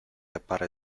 appare